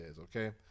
Okay